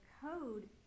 Code